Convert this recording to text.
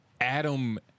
Adam